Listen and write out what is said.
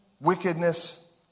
wickedness